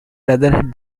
rather